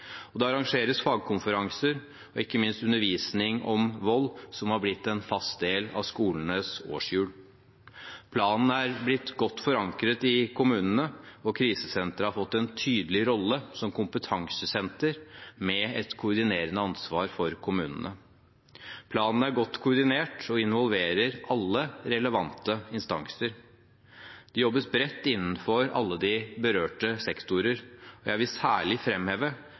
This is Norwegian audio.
Det arrangeres fagkonferanser, og ikke minst undervisning om vold, som har blitt en fast del av skolenes årshjul. Planen er blitt godt forankret i kommunene, og krisesenteret har fått en tydelig rolle som kompetansesenter med et koordinerende ansvar for kommunene. Planen er godt koordinert og involverer alle relevante instanser. Det jobbes bredt innenfor alle berørte sektorer. Jeg vil særlig